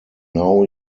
now